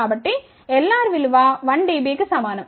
కాబట్టి Lrవిలువ 1 dB కి సమానం